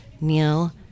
Neil